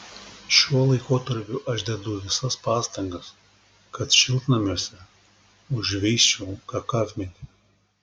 šiuo laikotarpiu aš dedu visas pastangas kad šiltnamiuose užveisčiau kakavmedį